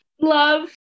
Love